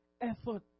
effort